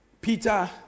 Peter